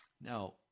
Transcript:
Now